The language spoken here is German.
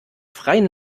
freien